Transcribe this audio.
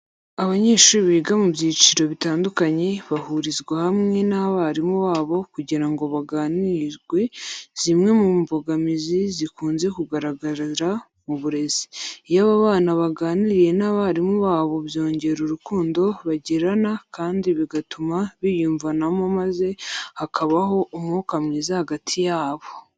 Abanyeshuri biga mu byiciro bitandukanye bahurizwa hamwe n'abarimu babo kugira ngo haganirwe zimwe mu mbogamizi zikunze kugaragara mu burezi. Iyo aba bana baganiriye n'abarimu babo byongera urukundo bagirana kandi bigatuma biyumvanamo maze hakabaho umwuka mwiza hagati yabo.